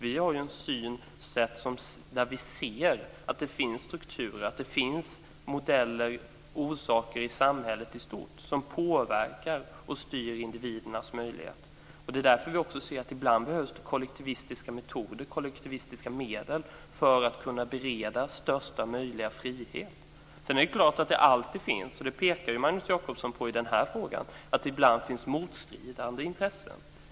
Vår syn är att det finns strukturer, modeller och orsaker i samhället i stort som påverkar och styr individens möjligheter. Det är därför som vi säger att det ibland behövs kollektivistiska metoder och medel för att kunna bereda största möjliga frihet. Sedan är det klart att det, som Magnus Jacobsson pekar på i den här frågan, ibland finns motstridande intressen.